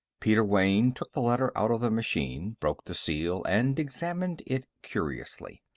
peter wayne took the letter out of the machine, broke the seal, and examined it curiously.